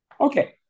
Okay